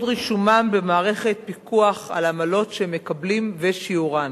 רישומם במערכת פיקוח על עמלות שהם מקבלים ושיעורן.